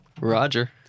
Roger